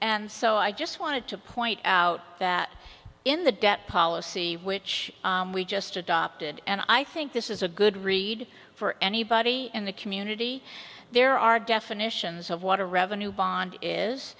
and so i just wanted to point out that in the debt policy which we just adopted and i think this is a good read for anybody in the community there are definitions of water revenue bond is